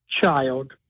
child